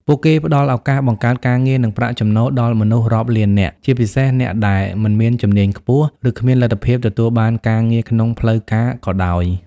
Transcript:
ពួកគេផ្តល់ឱកាសបង្កើតការងារ និងប្រាក់ចំណូល ដល់មនុស្សរាប់លាននាក់ ជាពិសេសអ្នកដែលមិនមានជំនាញខ្ពស់ ឬគ្មានលទ្ធភាពទទួលបានការងារក្នុងផ្លូវការក៏ដោយ ។